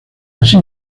así